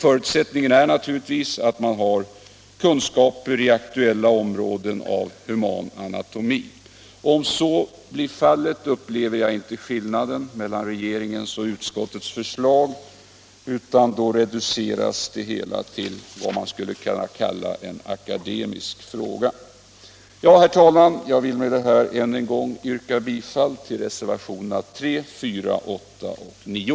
Förutsättningarna är naturligtvis att man har kunskaper inom aktuella områden av humananatomin. Om så blir fallet upplever jag inte någon skillnad mellan regeringens och utskottets förslag, utan då reduceras det hela till vad man skulle kunna kalla en akademisk fråga. Herr talman! Jag vill med detta än en gång yrka bifall till reservationerna 3, 4, 8 och 9.